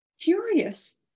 Furious